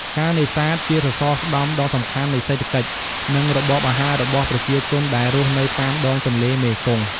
ការនេសាទ ជាសសរស្តម្ភដ៏សំខាន់នៃសេដ្ឋកិច្ច និងរបបអាហាររបស់ប្រជាជនដែលរស់នៅតាមដងទន្លេមេគង្គ។